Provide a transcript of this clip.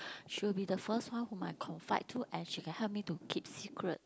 she will be the first one whom I confide to and she can help me to keep secret